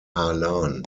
harlan